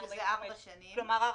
כלומר ארבע שנים,